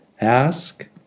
Ask